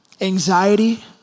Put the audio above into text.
Anxiety